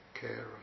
care